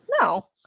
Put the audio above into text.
No